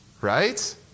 right